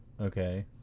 Okay